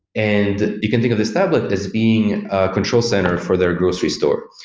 and you can think of this tablet as being control center for their grocery store.